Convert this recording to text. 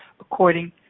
according